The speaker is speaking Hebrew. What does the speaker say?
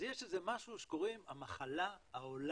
אז יש משהו שקוראים לו המחלה ההולנדית.